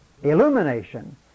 Illumination